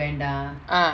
ah